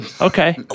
Okay